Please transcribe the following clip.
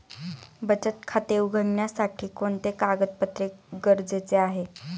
बचत खाते उघडण्यासाठी कोणते कागदपत्रे गरजेचे आहे?